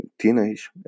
teenage